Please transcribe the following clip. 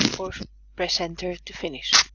or press enter to finish.